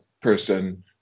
person